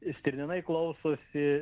stirninai klausosi